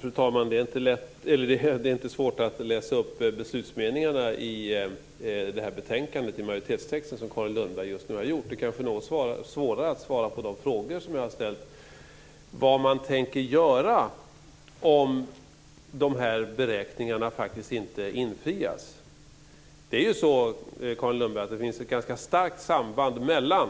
Fru talman! Det är inte svårt att läsa upp beslutsmeningarna i majoritetstexten i det här betänkandet som Carin Lundberg just nu har gjort. Det är kanske något svårare att svara på de frågor som jag har ställt. Vad tänker man göra om dessa beräkningar faktiskt inte infrias? Det är ju så, Carin Lundberg, att det finns ett ganska starkt samband mellan